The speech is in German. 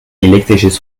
elektrisches